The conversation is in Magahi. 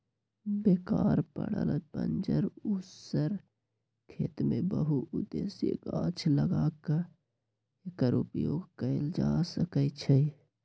बेकार पड़ल बंजर उस्सर खेत में बहु उद्देशीय गाछ लगा क एकर उपयोग कएल जा सकै छइ